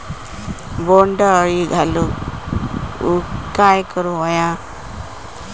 बोंड अळी घालवूक काय करू व्हया?